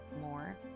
more